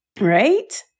right